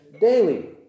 daily